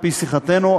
על-פי שיחתנו,